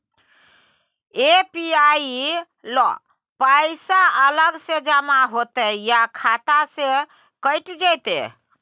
APY ल पैसा अलग स जमा होतै या खाता स कैट जेतै?